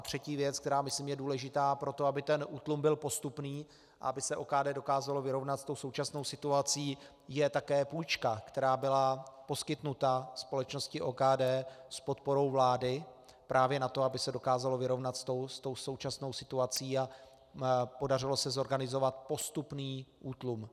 Třetí věc, která myslím je důležitá pro to, aby ten útlum byl postupný a aby se OKD dokázalo vyrovnat se současnou situací, je také půjčka, která byla poskytnuta společnosti OKD s podporou vlády právě na to, aby se dokázalo vyrovnat s tou současnou situací a podařilo se zorganizovat postupný útlum.